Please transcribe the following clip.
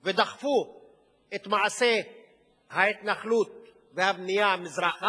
ודחפו את מעשה ההתנחלות והבנייה מזרחה.